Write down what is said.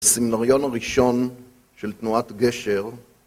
הסימנריון הראשון של תנועת גשר